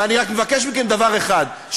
ואני רק מבקש מכם דבר אחד,